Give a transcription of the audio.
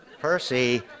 Percy